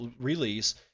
release